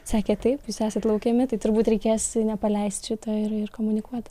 sakė taip jūs esat laukiami tai turbūt reikės nepaleist šito ir ir komunikuot